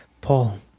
Paul